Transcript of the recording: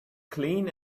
clean